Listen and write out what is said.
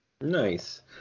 Nice